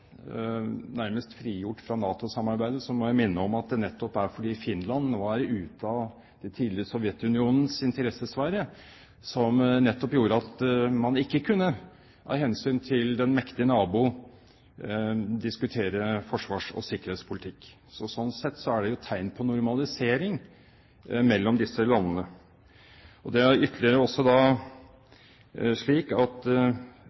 nærmest frigjort fra NATO-samarbeidet, så må jeg minne om at det nettopp er fordi Finland nå er ute av det tidligere Sovjetunionens interessesfære, som nettopp gjorde at man av hensyn til den mektige nabo ikke kunne diskutere forsvars- og sikkerhetspolitikk. Så sånn sett er det jo tegn på normalisering mellom disse landene. Det er ytterligere også slik at